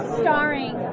starring